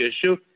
issue